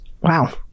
Wow